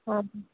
हजुर